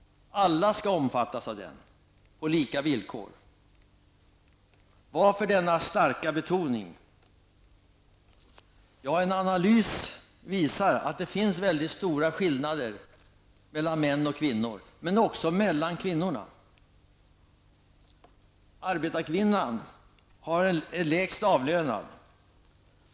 Alla skall omfattas av den på lika villkor. Varför denna starka betoning? En analys visar att det finns mycket stora skillnader mellan män och kvinnor, men också mellan kvinnorna. Arbetarkvinnan är lägst avlönad.